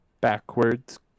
Backwards